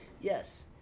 yes